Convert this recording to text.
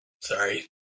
Sorry